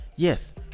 Yes